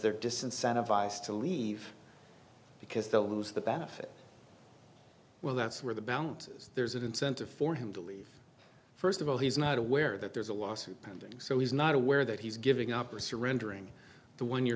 they're just incentivized to leave because they'll lose the benefit well that's where the balances there's an incentive for him to leave first of all he's not aware that there's a lawsuit pending so he's not aware that he's giving up or surrendering the one y